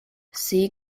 see